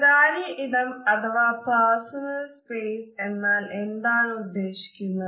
സ്വകാര്യ ഇടം അഥവാ പേർസണൽ സ്പേസ് എന്നാൽ എന്താണ് ഉദേശിക്കുന്നത്